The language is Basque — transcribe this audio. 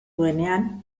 duenean